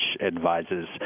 advises